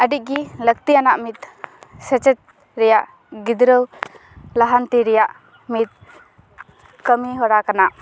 ᱟᱹᱰᱤ ᱜᱮ ᱞᱟᱹᱠᱛᱤᱭᱟᱱᱟᱜ ᱢᱤᱫ ᱥᱮᱪᱮᱫ ᱨᱮᱭᱟᱜ ᱜᱤᱫᱽᱨᱟᱹᱣ ᱞᱟᱦᱟᱱᱛᱤ ᱨᱮᱭᱟᱜ ᱢᱤᱫ ᱠᱟᱹᱢᱤ ᱦᱚᱨᱟ ᱠᱟᱱᱟ